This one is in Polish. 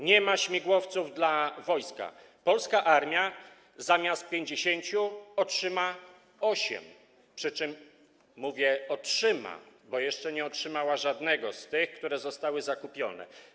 Nie ma śmigłowców dla wojska, polska armia zamiast 50 otrzyma ich osiem, przy czym mówię: otrzyma, bo jeszcze nie otrzymała żadnego z tych, które zostały zakupione.